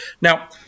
Now